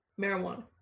marijuana